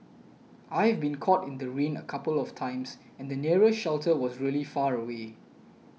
I've been caught in the rain a couple of times and the nearest shelter was really far away